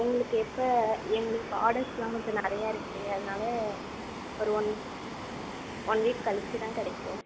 உங்களுக்கு எப்போ எங்களுக்கு ஆர்டர்ஸ்லாம் கொஞ்சம் நிறையா இருக்கு அதனால ஒரு ஒன் ஒன் வீக் கழித்துதான் கிடைக்கும்